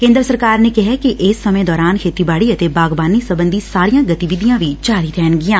ਕੇ'ਦਰ ਸਰਕਾਰ ਨੇ ਕਿਹੈ ਕਿ ਇਸ ਸਮੇ' ਦੌਰਾਨ ਖੇਤੀਬਾੜੀ ਅਤੇ ਬਾਗਬਾਨੀ ਸਬੰਧੀ ਸਾਰੀਆਂ ਗਤੀਵਿਧੀਆਂ ਜਾਰੀ ਰਹਿਣਗੀਆਂ